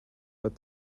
but